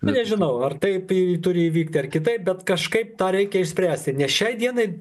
nežinau ar taip turi įvykti ar kitaip bet kažkaip tą reikia išspręsti nes šiai dienai